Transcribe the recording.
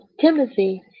Timothy